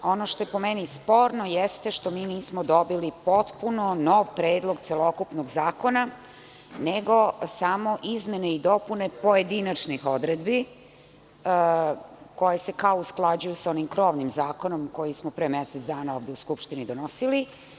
Ono što je po meni sporno jeste što nismo dobili potpuno nov predlog celokupnog zakona, nego samo izmene i dopune pojedinačnih odredbi koje se kao usklađuju sa onim krovnim zakonom koji smo pre mesec dana ovde u Skupštini donosili.